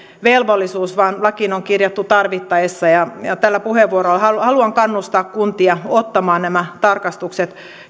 velvollisuus vaan lakiin on kirjattu tarvittaessa ja tällä puheenvuorolla haluan haluan kannustaa kuntia ottamaan nämä tarkastukset